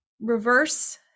reverse